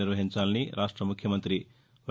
నిర్వహించాలని రాష్ట ముఖ్యమంతి వై